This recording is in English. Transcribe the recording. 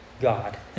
God